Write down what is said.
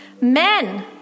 Men